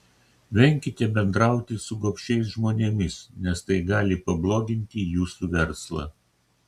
venkite bendrauti su gobšiais žmonėmis nes tai gali pabloginti jūsų verslą